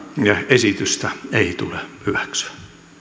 esitystä ei tule hyväksyä